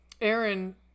Aaron